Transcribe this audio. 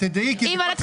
אם ועדת